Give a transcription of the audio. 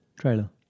trailer